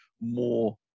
more